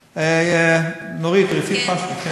נורית, רצית משהו?